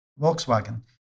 Volkswagen